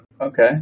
okay